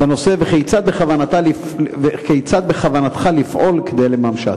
וכיצד בכוונתך לפעול כדי לממשה?